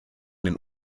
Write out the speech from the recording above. den